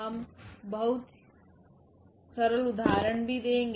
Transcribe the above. हम बहुत सरल उदाहरण भी देंगे